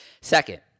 second